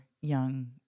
young